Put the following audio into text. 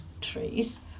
trees